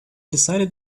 decided